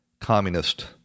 communist